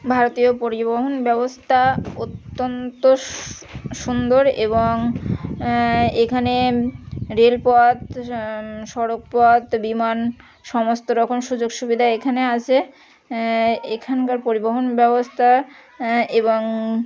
ভারতীয় পরিবহন ব্যবস্থা অত্যন্ত সুন্দর এবং এখানে রেলপথ সড়ক পথ বিমান সমস্ত রকম সুযোগ সুবিধা এখানে আছে এখানকার পরিবহন ব্যবস্থা এবং